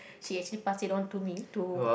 she actually pass it on to me to